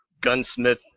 gunsmith